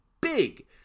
big